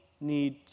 need